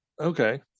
Okay